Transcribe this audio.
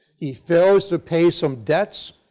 he fails to pay some debts,